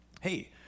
hey